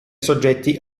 soggetti